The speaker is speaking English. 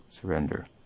surrender